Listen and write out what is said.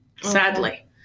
sadly